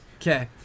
Okay